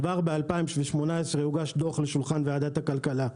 כבר ב-2018 הוגש דוח על שולחן ועדת הכלכלה.